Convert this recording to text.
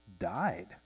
died